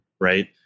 right